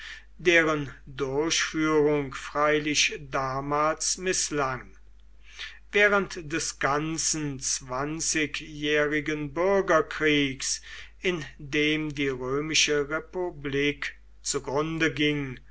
deren durchführung freilich damals mißlang während des ganzen zwanzigjährigen bürgerkriegs in dem die römische republik zugrunde ging